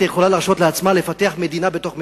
והיא יכולה להרשות לעצמה לפתח מדינה בתוך מדינה.